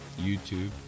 YouTube